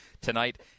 tonight